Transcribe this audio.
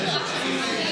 כבוד היושב-ראש,